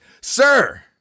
sir